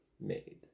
made